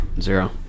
Zero